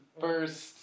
first